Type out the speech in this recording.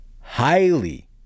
highly